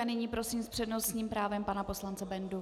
A nyní prosím s přednostním právem pana poslance Bendu.